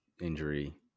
injury